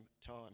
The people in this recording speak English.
time